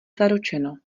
zaručeno